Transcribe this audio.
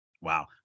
Wow